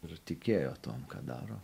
ir tikėjo tuom ką daro